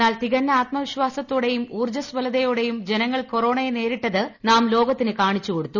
എന്നാൽ തികഞ്ഞ ആത്മവിശാസത്തോടെയും ഊർജ്ജസ്വലതയോടെയും ജനങ്ങൾ കൊറോണയെ നേരിട്ടത് നാം ലോകത്തിന് കാണിച്ചു കൊടുത്തു